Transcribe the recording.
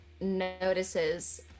notices